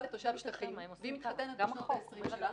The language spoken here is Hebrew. לתושב שטחים והיא מתחתנת בשנות ה-20 שלה,